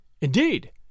Indeed